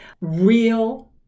real